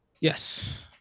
Yes